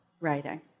writing